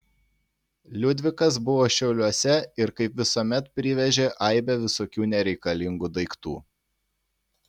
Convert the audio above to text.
liudvikas buvo šiauliuose ir kaip visuomet privežė aibę visokių nereikalingų daiktų